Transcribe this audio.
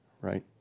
right